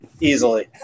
Easily